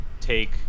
take